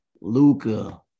Luca